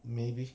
maybe